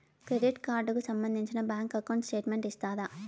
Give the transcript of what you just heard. Credit card కు సంబంధించిన bank account statement ఇస్తారా?